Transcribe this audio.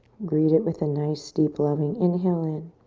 greet it with a nice, deep, loving, inhale in.